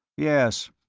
yes,